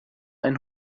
ein